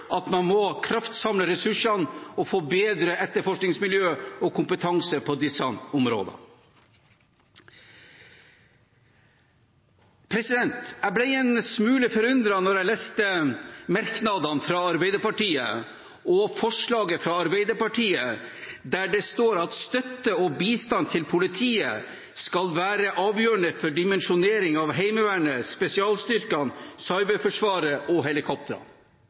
at man må kraftsamle ressursene og få bedre etterforskningsmiljø og kompetanse på disse områdene. Jeg ble en smule forundret da jeg leste merknadene fra Arbeiderpartiet og forslaget fra Arbeiderpartiet, der det står at støtte og bistand til politiet skal være avgjørende for dimensjonering av Heimevernet, spesialstyrkene, cyberforsvaret og